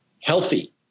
healthy